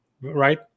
right